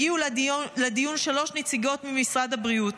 הגיעו לדיון שלוש נציגות ממשרד הבריאות,